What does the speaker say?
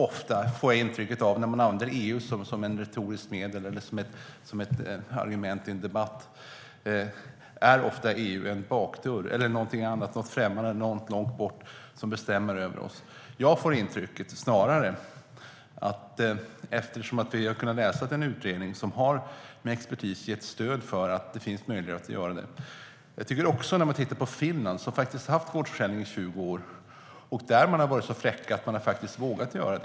Ofta när EU används som ett retoriskt argument i en debatt handlar det om en bakdörr eller något främmande långt bort som bestämmer över oss. Jag får snarare intrycket att en expertutredning har gett stöd för att det finns en möjlighet att införa gårdsförsäljning. Finland har haft gårdsförsäljning i 20 år, och där har man varit så fräck att man faktiskt har vågat.